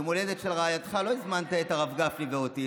ליום ההולדת של רעייתך לא הזמנת את משה גפני ואותי,